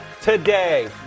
today